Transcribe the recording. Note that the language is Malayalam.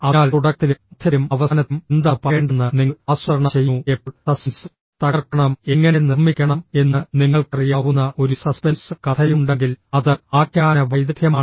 അതിനാൽ തുടക്കത്തിലും മധ്യത്തിലും അവസാനത്തിലും എന്താണ് പറയേണ്ടതെന്ന് നിങ്ങൾ ആസൂത്രണം ചെയ്യുന്നു എപ്പോൾ സസ്പെൻസ് തകർക്കണം എങ്ങനെ നിർമ്മിക്കണം എന്ന് നിങ്ങൾക്കറിയാവുന്ന ഒരു സസ്പെൻസ് കഥയുണ്ടെങ്കിൽ അത് ആഖ്യാന വൈദഗ്ധ്യമാണ്